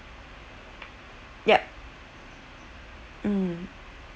yup mm